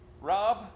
Rob